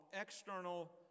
external